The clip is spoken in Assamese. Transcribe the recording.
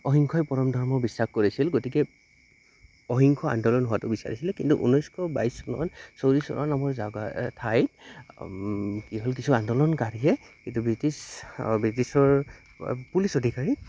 অহিংসাই পৰম ধৰ্ম বিশ্বাস কৰিছিল গতিকে অহিংস আন্দোলন হোৱাটো বিচাৰিছিলে কিন্তু ঊনৈছশ বাইছ চনত নামৰ জগা ঠাই কি হ'ল কিছু আন্দোলনকাৰীয়ে এইটো ব্ৰিটিছ ব্ৰিটিছৰ অ পুলিচ অধিকাৰী